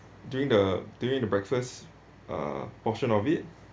during the during the breakfast uh portion of it